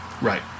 Right